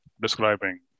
describing